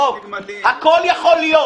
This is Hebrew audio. הכול יכול להיות.